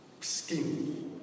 skin